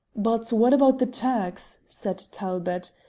but what about the turks? said talbot.